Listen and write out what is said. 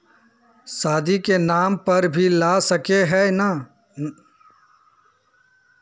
शादी के नाम पर भी ला सके है नय?